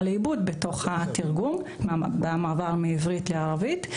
לאיבוד בתוך התרגום במעבר מעברית לערבית.